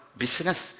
business